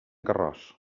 carròs